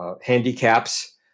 handicaps